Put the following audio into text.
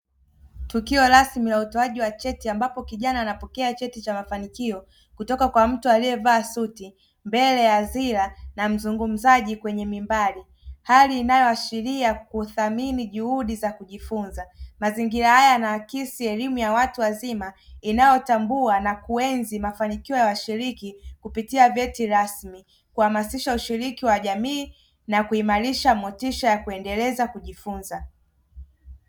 Tukio rasmi la utoaji wa cheti ambapo kijana anapokea cheti cha mafanikio kutoka kwa mtu aliyevaa suti mbele ya hadhira na mzungumzaji kwenye mimbari, hali inayoashiria kuthamini juhudi za kujifunza. Mazingira haya yana akisi elimu ya watu wazima inayotambua na kuenzi mafanikio ya washiriki kupitia vyeti rasmi, kuhamasisha ushiriki wa jamii, na kuimarisha motisha ya kuendeleza kujifunza.